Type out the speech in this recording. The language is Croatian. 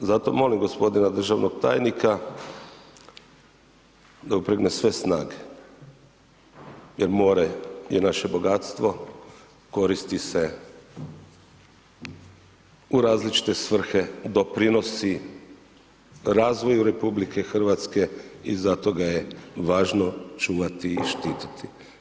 Zato molim gospodina državnog tajnika da upregne sve snage jer more je naše bogatstvo koristi se u različite svrhe, doprinosi razvoju RH i zato ga je važno čuvati i štititi.